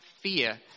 fear